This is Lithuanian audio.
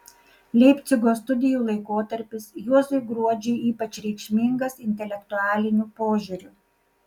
leipcigo studijų laikotarpis juozui gruodžiui ypač reikšmingas intelektualiniu požiūriu